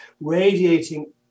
radiating